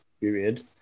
period